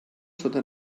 sota